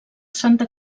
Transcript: santa